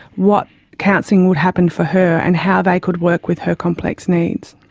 what counselling would happen for her and how they could work with her complex needs.